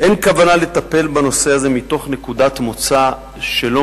אין כוונה לטפל בנושא הזה מתוך נקודת מוצא שלא